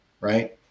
right